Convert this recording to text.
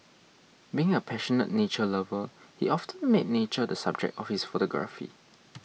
being a passionate nature lover he often made nature the subject of his photography